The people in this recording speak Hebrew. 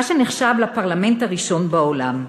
מה שנחשב לפרלמנט הראשון בעולם.